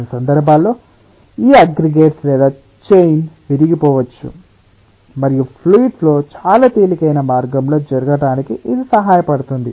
కొన్ని సందర్భాల్లో ఈ అగ్రిగేట్స్ లేదా చైన్ విరిగిపోవచ్చు మరియు ఫ్లూయిడ్ ఫ్లో చాలా తేలికైన మార్గంలో జరగడానికి ఇది సహాయపడుతుంది